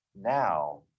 now